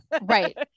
right